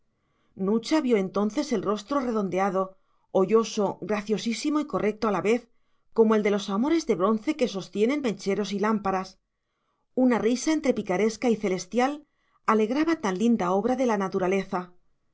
nucha vio entonces el rostro redondeado hoyoso graciosísimo y correcto a la vez como el de los amores de bronce que sostienen mecheros y lámparas una risa entre picaresca y celestial alegraba tan linda obra de la naturaleza